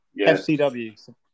FCW